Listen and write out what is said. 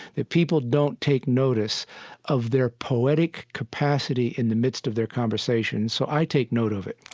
that people don't take notice of their poetic capacity in the midst of their conversation, so i take note of it.